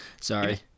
Sorry